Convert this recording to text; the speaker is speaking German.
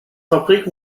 fabrik